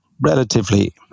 relatively